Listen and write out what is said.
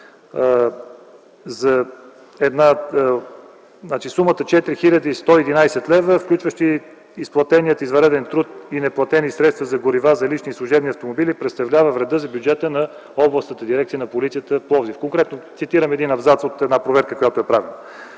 „Сумата 4111 лв., включваща изплатения извънреден труд и неплатени средства за горива за лични и служебни автомобили, представлява вреда за бюджета на Областната дирекция на полицията в Пловдив” – конкретно цитирам един абзац от проверка, която е правена.